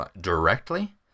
directly